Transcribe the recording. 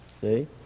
See